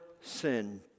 sin